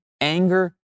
anger